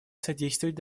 содействовать